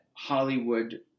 Hollywood